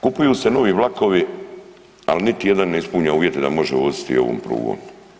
Kupuju se novi vlakovi, ali niti jedan ne ispunjava uvjete da može voziti ovom prugom.